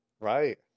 Right